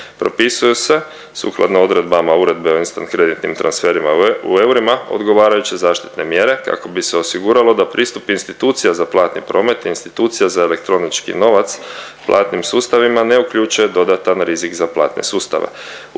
propisuju se sukladno odredbama Uredbe o instant kreditnim transferima u eurima odgovarajuće zaštitne mjere kako bi se osiguralo da pristup institucija za platni promet i institucija za elektronički novac u platnim sustavima ne uključuje dodatan rizik za platne sustave.